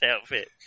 outfit